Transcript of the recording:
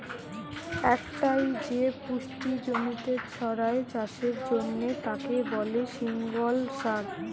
একটাই যে পুষ্টি জমিতে ছড়ায় চাষের জন্যে তাকে বলে সিঙ্গল সার